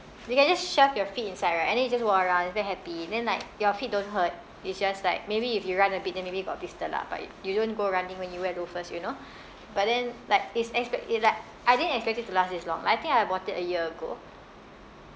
you can just shove your feet inside right and then you just walk around it's very happy then like your feet don't hurt it's just like maybe if you run a bit then maybe got blister lah but you don't go running when you wear loafers you know but then like it's expe~ like I didn't expect it to last this long I think I bought it a year ago